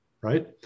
right